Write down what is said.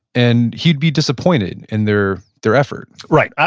and he'd be disappointed in their their effort right.